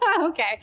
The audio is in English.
Okay